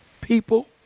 People